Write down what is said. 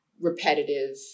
repetitive